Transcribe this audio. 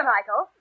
Michael